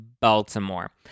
Baltimore